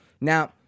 Now